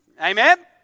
Amen